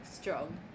strong